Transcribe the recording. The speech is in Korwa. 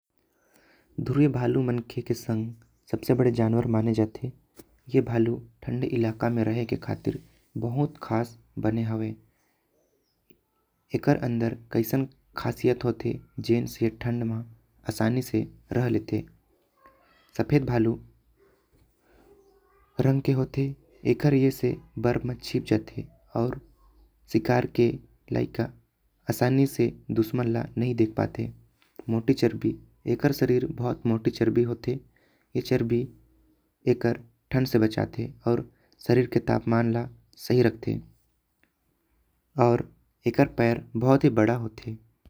ध्रुवी भालू मनके के संग सबसे बड़े जानवर माने जाते। ए भालू ठंडे इलाका मे रहे के खातिर बहुत खास बने हैवे। एकर अन्दर कैसन खासियत हावी जेन से ठंड म आसानी से रहा लेते। सफेद भालू रंग के होते एकर ए से बर्फ म छिप जाते। और शिकार के लाइक आसानी से दुश्मन ल नई देख पाते। मोटे चर्बी एकर शरीर बहुत मोटे चर्बी होते ए चर्बी एकर ठंड से बचाते। ओर शरीर के तापमान ल कम करते और एकर पैर बहुत बड़ा होते।